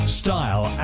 style